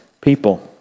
people